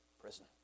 prison